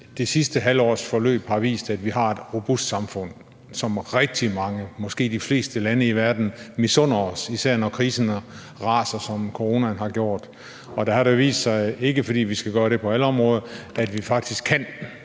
det sidste halve års forløb har vist, at vi har et robust samfund, som rigtig mange, måske de fleste, lande i verden misunder os, især når krisen raser, som coronaen har gjort, og der har det jo vist sig – ikke fordi vi skal gøre det på alle områder – at vi faktisk kan,